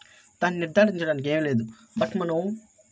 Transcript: దాన్ని నిర్ధారించడానికి ఏం లేదు బట్ మనం